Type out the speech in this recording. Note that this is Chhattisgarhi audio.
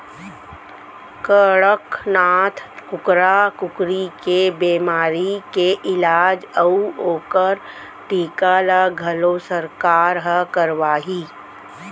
कड़कनाथ कुकरा कुकरी के बेमारी के इलाज अउ ओकर टीका ल घलौ सरकार हर करवाही